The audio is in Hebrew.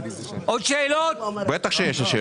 שאלות מאוד חשובות.